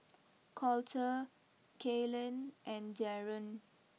Colter Kaylen and Darren